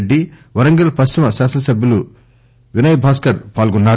రెడ్డి వరంగల్ పశ్చిమ శాసన సభ్యులు వినయ్ భాస్కర్ పాల్గొన్నారు